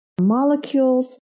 molecules